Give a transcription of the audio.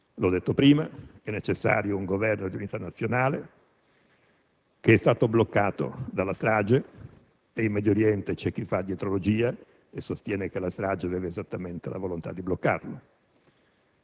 L'ho detto prima: è necessario un Governo di unità nazionale che è stato bloccato dalla strage; in Medio Oriente c'è chi fa dietrologia, sostenendo che la strage aveva esattamente la volontà di bloccarlo.